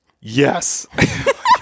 Yes